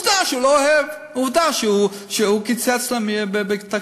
עובדה שהוא לא אוהב, עובדה שהוא קיצץ להם בתקציב.